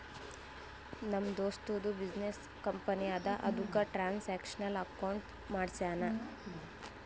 ನಮ್ ದೋಸ್ತದು business company ಅದಾ ಅದುಕ್ಕ ಟ್ರಾನ್ಸ್ಅಕ್ಷನಲ್ ಅಕೌಂಟ್ ಮಾಡ್ಸ್ಯಾನ್